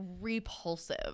repulsive